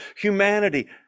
humanity